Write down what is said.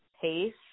pace